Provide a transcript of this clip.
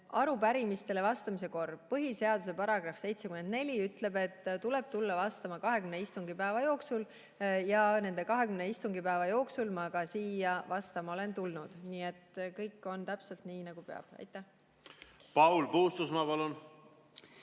Arupärimistele vastamise kord: põhiseaduse § 74 ütleb, et tuleb tulla vastama 20 istungipäeva jooksul, ja nende 20 istungipäeva jooksul ma siia vastama olengi tulnud. Nii et kõik on täpselt nii, nagu peab. Aitäh! Ma arvan,